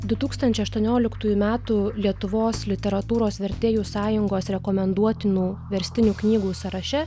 du tūkstančiai aštuonioliktųjų metų lietuvos literatūros vertėjų sąjungos rekomenduotinų verstinių knygų sąraše